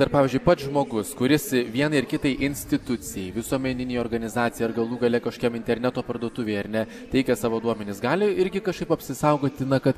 ar pavyzdžiui pats žmogus kuris vienai ar kitai institucijai visuomeninei organizacijai ar galų gale kažkokiam interneto parduotuvėj ar ne teikia savo duomenis gali irgi kažkaip apsisaugoti na kad